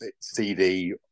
CD